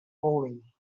howling